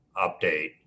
update